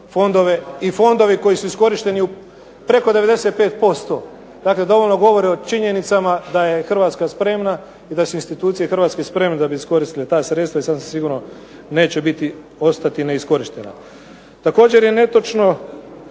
i fondovi koji su iskorišteni preko 95% dakle dovoljno govori o činjenicama da je Hrvatska spremna i da su hrvatske institucije spremne da bi iskoristile ta sredstva i da sasvim sigurno neće ostati iskorištena. Također je netočno